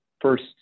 first